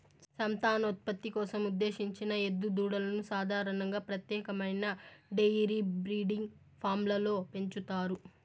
సంతానోత్పత్తి కోసం ఉద్దేశించిన ఎద్దు దూడలను సాధారణంగా ప్రత్యేకమైన డెయిరీ బ్రీడింగ్ ఫామ్లలో పెంచుతారు